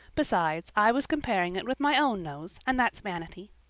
besides, i was comparing it with my own nose and that's vanity.